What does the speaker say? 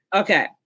Okay